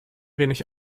wenig